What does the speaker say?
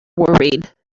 worried